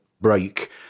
break